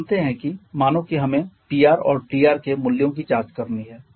आप जानते हैं कि मानो की हमें Pr और Tr के मूल्यों की जाँच करनी है